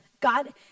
God